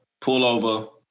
pullover